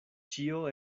ĉio